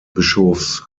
bischofs